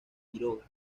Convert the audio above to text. quiroga